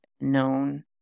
known